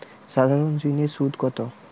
সাধারণ ঋণের সুদ কত?